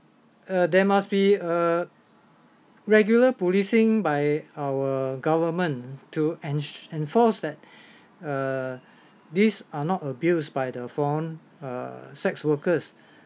uh there must be a regular policing by our government to ens~ enforce that uh these are not abused by the foreign uh sex workers